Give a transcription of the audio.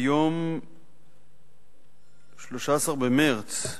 ביום 13 במרס,